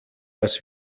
was